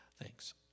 Thanks